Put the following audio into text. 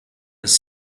his